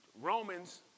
Romans